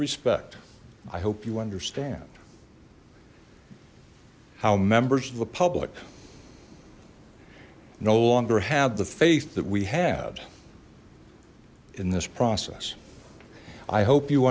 respect i hope you understand how members of the public no longer had the faith that we had in this process i hope you